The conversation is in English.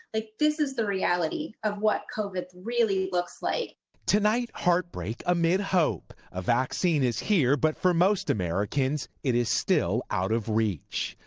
like this is the reality of what covid really looks like. reporter tonight heartbreak amid hope a vaccine is here but for most americans it is still out of reach.